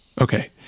Okay